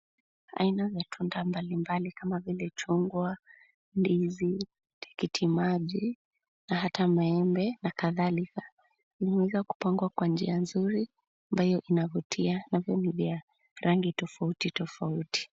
Aina za matunda mbalimbali kama vile chungwa ,ndizi, tikiti maji na hata maembe na kadhalika, imeweza kupangwa kwa njia nzuri ambayo inavutia na rangi tofauti tofauti.